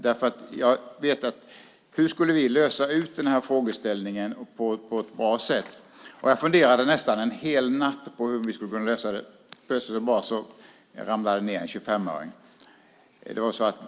Hur skulle vi lösa ut den här frågeställningen på ett bra sätt? På detta funderade jag nästan en hel natt, och plötsligt ramlade en 25-öring ned.